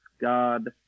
God